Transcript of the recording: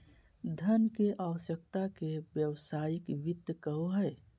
धन के आवश्यकता के व्यावसायिक वित्त कहो हइ